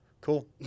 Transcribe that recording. cool